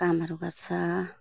कामहरू गर्छ